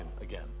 again